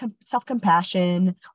self-compassion